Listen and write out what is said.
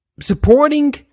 Supporting